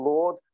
Lord